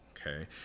okay